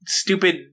stupid